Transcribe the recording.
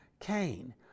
Cain